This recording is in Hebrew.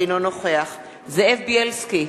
אינו נוכח זאב בילסקי,